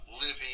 living